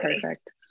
Perfect